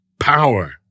power